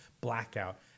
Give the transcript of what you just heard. blackout